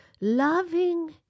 Loving